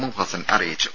M Hassan അറിയിച്ചു